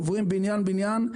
עוברים בניין-בניין,